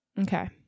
okay